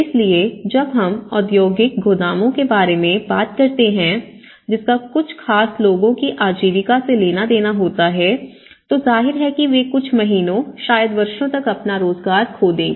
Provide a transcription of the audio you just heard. इसलिए जब हम औद्योगिक गोदामों के बारे में बात करते हैं जिसका कुछ खास लोगों की आजीविका से लेना देना होता है तो जाहिर है कि वे कुछ महीनों शायद वर्षों तक अपना रोजगार खो देंगे